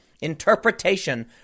interpretation